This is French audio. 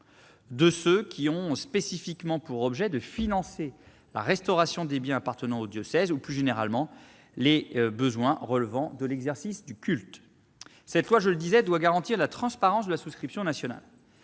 de ceux qui ont spécifiquement pour objet de financer la restauration des biens appartenant au diocèse ou, plus généralement, les besoins relevant de l'exercice du culte. Ce projet de loi, je le disais, doit garantir la transparence de la souscription nationale.